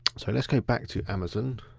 so let's go back to amazon.